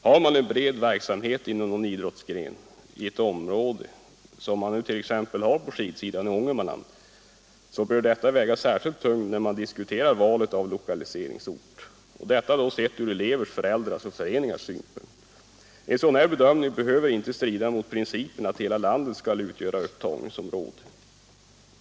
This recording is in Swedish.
Har man en bred verksamhet inom någon idrottsgren i ett område, som man nu t.ex. har på skidsidan i Ångermanland, bör detta väga särskilt tungt när man diskuterar valet av lokaliseringsort sett från elevers, föräldrars och föreningars synpunkt. En sådan här bedömning behöver inte strida mot principen att hela landet skall utgöra upptagningsområde.